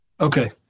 Okay